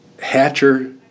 Hatcher